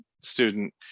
student